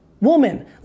woman